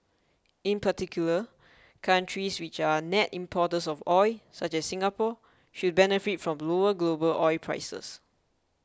in particular countries which are net importers of oil such as Singapore should benefit from lower global oil prices